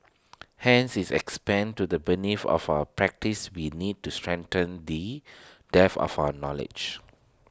hence is expand to the beneath of our practice we need to strengthen the depth of our knowledge